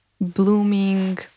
blooming